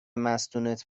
مستونت